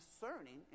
discerning